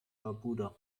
barbuda